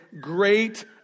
Great